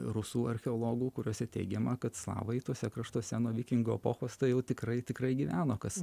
rusų archeologų kuriuose teigiama kad slavai tuose kraštuose nuo vikingų epochos tai jau tikrai tikrai gyveno kas